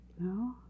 No